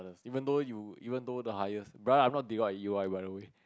even though you even though the highest but I'm not divide you ah by the way